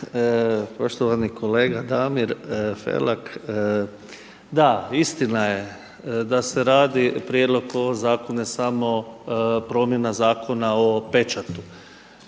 Poštovani kolega Damir Felak, da, istina je da se radi, prijedlog zakona, samo promjena Zakona o pečatu.